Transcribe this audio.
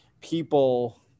people